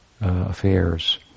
affairs